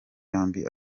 yombi